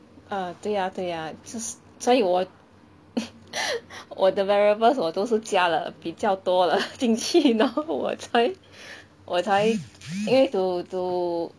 啊对呀对呀就是所以我 我的 variables 我都是加了比较多了 进去然后我才 我才因为 to to